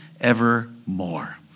evermore